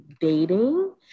dating